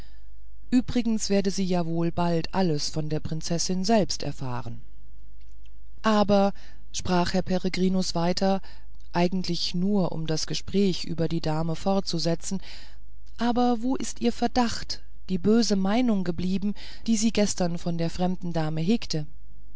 übrigens werde sie ja wohl bald alles von der prinzessin selbst erfahren aber sprach herr peregrinus weiter eigentlich nur um das gespräch über die dame fortzusetzen aber wo ist ihr verdacht die böse meinung geblieben die sie gestern von der fremden dame hegte